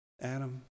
Adam